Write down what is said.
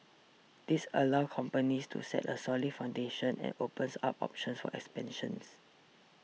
this allow companies to set a solid foundation and opens up options for expansions